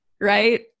right